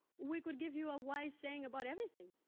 we could give you a wise saying about everything.